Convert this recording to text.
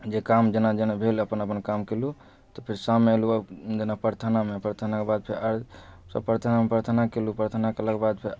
जे काम जेना जेना भेल अपन अपन काम केलहुॅं तऽ फेर शाम मे एलु जेना प्रथना मे प्रथना के बाद फेर सब प्राथना मे प्रथना केलु प्रथना केला के बाद फेर